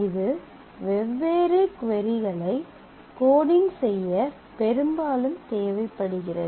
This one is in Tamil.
இது வெவ்வேறு கொரிகளைக் கோடிங் செய்ய பெரும்பாலும் தேவைப்படுகிறது